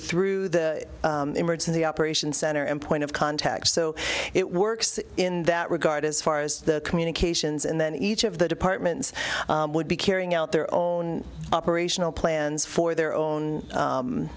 through the emergency operations center and point of contact so it works in that regard as far as the communications and then each of the departments would be carrying out their own operational plans for their own